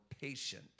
patient